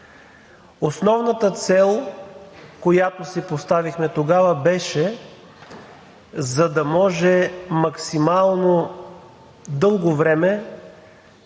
Основната цел, която си поставихме тогава, беше, за да може максимално дълго време